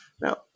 now